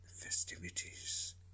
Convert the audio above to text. festivities